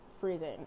freezing